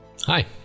Hi